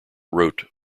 wrote